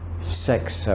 sex